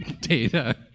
Data